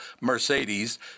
Mercedes